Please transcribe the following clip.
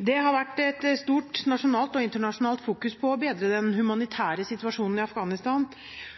Det har vært et stort nasjonalt og internasjonalt fokus på å bedre den humanitære situasjonen i Afghanistan.